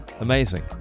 amazing